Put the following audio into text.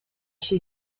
she